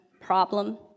problem